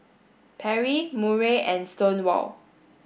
Perry Murray and Stonewall